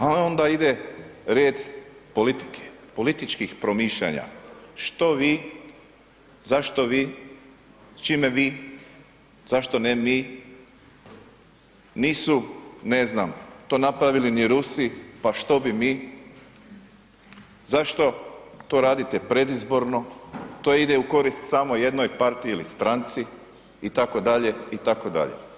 A onda ide red politike, političkih promišljanja „što vi“, „zašto vi“, „s čime vi“, „zašto ne mi“, „nisu ne znam to napravili ni Rusi, pa što bi mi“, „zašto to radite predizborno“, „to ide u korist samo jednoj partiji ili stranci“ itd. itd.